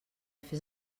fes